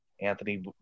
Anthony